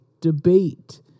debate